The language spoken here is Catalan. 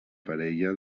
parella